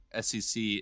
SEC